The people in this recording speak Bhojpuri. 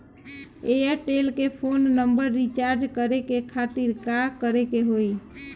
एयरटेल के फोन नंबर रीचार्ज करे के खातिर का करे के होई?